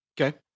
Okay